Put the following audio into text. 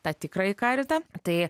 tą tikrąjį kartą tai